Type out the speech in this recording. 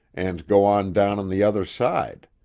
and go on down on the other side.